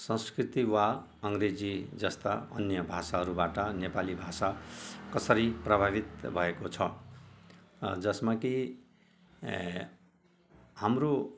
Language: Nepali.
संस्कृति वा अङ्ग्रेजी जस्ता अन्य भाषाहरूबाट नेपाली भाषा कसरी प्रभावित भएको छ जसमा कि ए हाम्रो